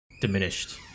diminished